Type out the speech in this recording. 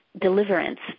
deliverance